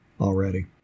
already